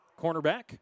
cornerback